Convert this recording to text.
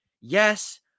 yes